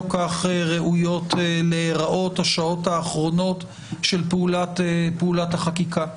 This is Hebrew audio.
לא כך ראויות להיראות השעות האחרונות של פעולת החקיקה.